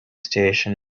station